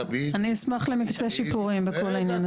אני אשמח למקצה שיפורים בכל העניין הזה.